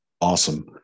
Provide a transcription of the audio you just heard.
Awesome